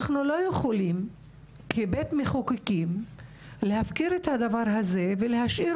אנחנו לא יכולים כבית מחוקקים להפקיר את הדבר הזה ולהשאיר